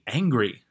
angry